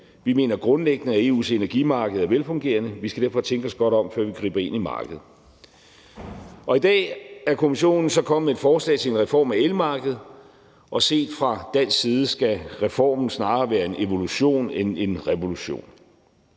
Vi mener grundlæggende, at EU’s energimarked er velfungerende, og vi skal derfor tænke os godt om, før vi griber ind i markedet. Og i dag er Kommissionen så kommet med et forslag til en reform af elmarkedet, og set fra dansk side skal reformen snarere være en evolution end en revolution.